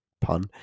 pun